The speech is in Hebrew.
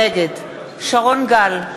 נגד שרון גל,